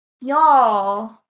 Y'all